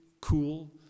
cool